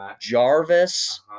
Jarvis